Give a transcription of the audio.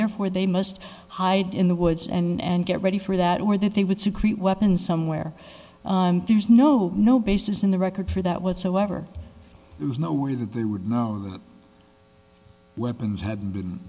therefore they must hide in the woods and get ready for that or that they would secretely weapons somewhere there's no no basis in the record for that whatsoever it was no way that they would know that the weapons had been